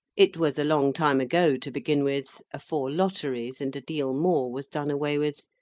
it was a long time ago, to begin with afore lotteries and a deal more was done away with.